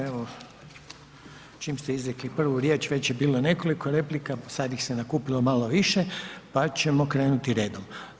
Evo čim ste izrekli prvu riječ, već je bilo nekoliko replika, sad ih se nakupilo malo više pa ćemo krenuti redom.